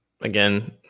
Again